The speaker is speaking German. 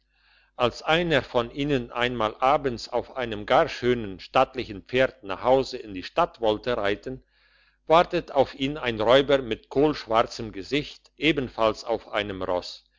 als einer von ihnen einmal abends auf einem gar schönen stattlichen pferd nach haus in die stadt wollte reiten wartet auf ihn ein räuber mit kohlschwarzem gesicht ebenfalls auf einem ross